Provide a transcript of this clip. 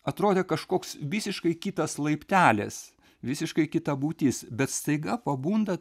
atrodė kažkoks visiškai kitas laiptelis visiškai kita būtis bet staiga pabunda